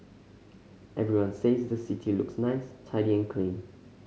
everyone says the city looks nice tidy and clean